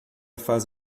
faz